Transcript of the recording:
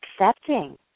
accepting